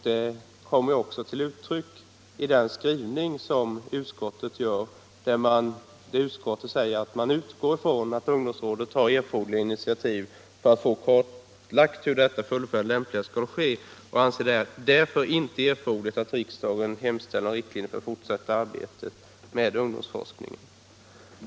Det kommer också till uttryck i utskottets skrivning, där det heter att utskottet ”utgår från att ungdomsrådet tar erforderliga initiativ för att få klarlagt hur detta fullföljande lämpligast skall ske och anser det därför inte erforderligt att riksdagen hos regeringen hemställer om riktlinjer för det fortsatta arbetet med ungdomsforskningen”.